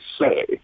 say